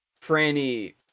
Franny